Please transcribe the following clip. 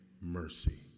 mercy